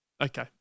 Okay